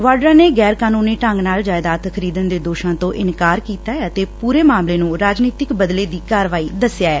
ਵਾਡਰਾ ਨੇ ਗੈਰ ਕਾਨੂੰਨੀ ਢੰਗ ਨਾਲ ਜਾਇਦਾਦ ਖਰੀਦਣ ਦੇ ਦੋਸ਼ਾਂ ਤੋਂ ਇਨਕਾਰ ਕੀਤਾ ਏ ਅਤੇ ਪੂਰੇ ਮਾਮਲੇ ਨੁੰ ਰਾਜਨੀਤਕ ਬਦਲੇ ਦੀ ਕਾਰਵਾਈ ਦਸਿਆ ਐ